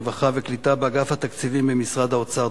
רווחה וקליטה באגף התקציבים במשרד האוצר,